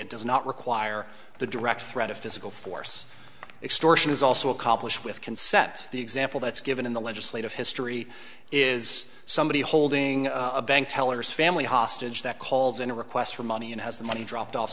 it does not require the direct threat of physical force extortion is also accomplished with can set the example that's given in the legislative history is somebody holding a bank tellers family hostage that calls in a request for money and has the money dropped off